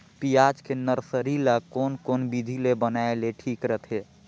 पियाज के नर्सरी ला कोन कोन विधि ले बनाय ले ठीक रथे?